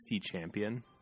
champion